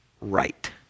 right